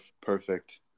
Perfect